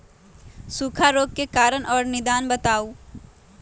सूखा रोग के कारण और निदान बताऊ?